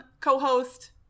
co-host